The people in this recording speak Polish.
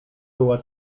była